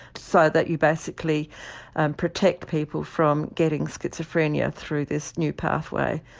so that you basically and protect people from getting schizophrenia through this new pathway.